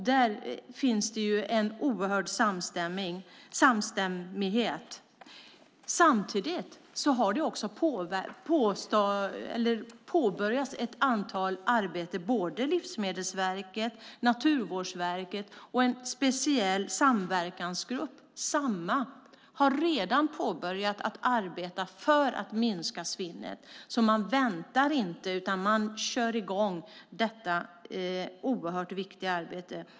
Där finns det en oerhört stor samstämmighet. Samtidigt har det påbörjats ett antal arbeten. Såväl Livsmedelsverket och Naturvårdsverket som en speciell samverkansgrupp, Samma, har redan börjat arbeta för att minska svinnet. Man väntar inte, utan man kör i gång detta oerhört viktiga arbete.